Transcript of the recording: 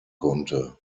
konnte